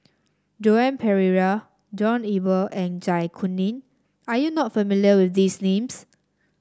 Joan Pereira John Eber and Zai Kuning are you not familiar with these names